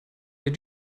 der